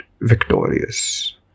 victorious